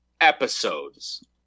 episodes